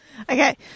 Okay